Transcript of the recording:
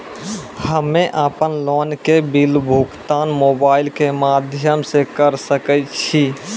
हम्मे अपन लोन के बिल भुगतान मोबाइल के माध्यम से करऽ सके छी?